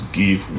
give